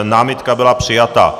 Námitka byla přijata.